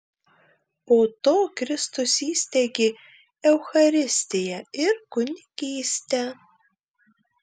po to kristus įsteigė eucharistiją ir kunigystę